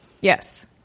Yes